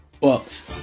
Bucks